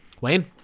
Wayne